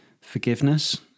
forgiveness